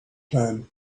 time